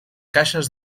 caixes